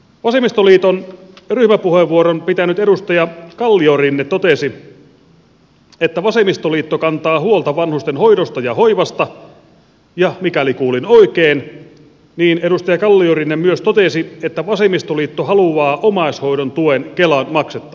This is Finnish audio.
vasemmistoliiton ryhmäpuheenvuoron käyttänyt edustaja kalliorinne totesi että vasemmistoliitto kantaa huolta vanhusten hoidosta ja hoivasta ja mikäli kuulin oikein niin edustaja kalliorinne myös totesi että vasemmistoliitto haluaa omaishoidon tuen kelan maksettavaksi